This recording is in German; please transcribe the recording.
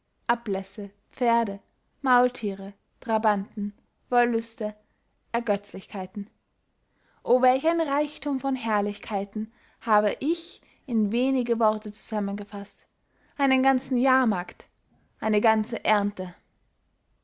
ablässe pferde maulthiere trabanten wollüste ergötzlichkeiten o welch einen reichthum von herrlichkeiten hab ich in wenige worte zusammengefaßt einen ganzen jahrmarkt eine ganze erndte